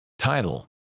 Title